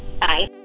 Bye